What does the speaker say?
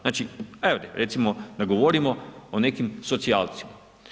Znači evo recimo da govorimo o nekim socijalcima.